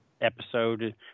episode